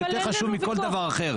יותר חשוב מכל דבר אחר.